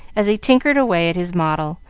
as he tinkered away at his model,